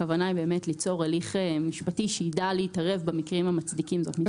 הכוונה היא באמת ליצור הליך משפטי שידע להתערב במקרים המצדיקים זאת.